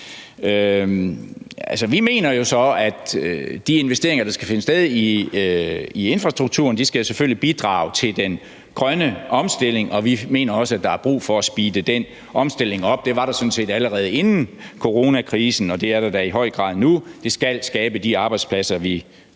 Vi mener jo så, at de investeringer, der skal finde sted i infrastrukturen, selvfølgelig skal bidrage til den grønne omstilling, og vi mener også, at der er brug for at speede den omstilling op. Det var der sådan set allerede inden coronakrisen, og det er der da i høj grad nu. Det skal skabe de arbejdspladser, vi allerede